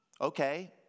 Okay